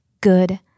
good